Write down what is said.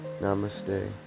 Namaste